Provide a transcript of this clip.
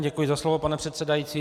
Děkuji za slovo, pane předsedající.